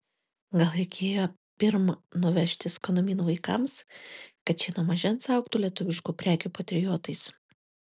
gal reikėjo pirm nuvežti skanumynų vaikams kad šie nuo mažens augtų lietuviškų prekių patriotais